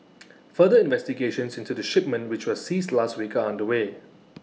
further investigations into the shipment which was seized last week are underway